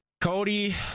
Cody